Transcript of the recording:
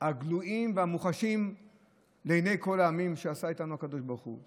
הגלויים והמוחשיים לעיני כל העמים שעשה איתנו הקדוש ברוך הוא.